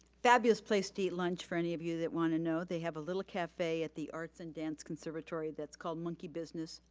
fabulous place to eat lunch for any of you that wanna know, they have a little cafe at the arts and dance conservatory that's called monkey business.